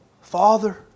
Father